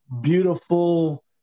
beautiful